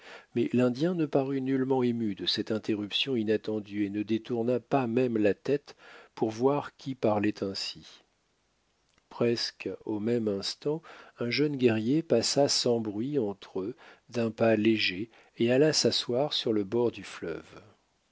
mais l'indien ne parut nullement ému de cette interruption inattendue et ne détourna pas même la tête pour voir qui parlait ainsi presque au même instant un jeune guerrier passa sans bruit entre eux d'un pas léger et alla s'asseoir sur le bord du fleuve